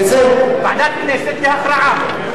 ועדת כנסת, להכרעה.